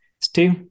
Steve